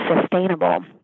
sustainable